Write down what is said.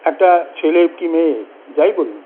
একটা ছেলে কি মেয়ে যাই বলুন